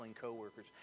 coworkers